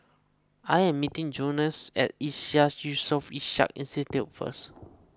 I am meeting Jones at Iseas Yusof Ishak Institute first